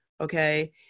Okay